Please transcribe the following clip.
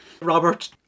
Robert